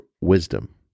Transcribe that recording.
wisdom